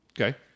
Okay